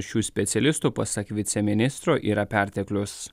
šių specialistų pasak viceministro yra perteklius